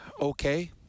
okay